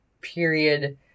period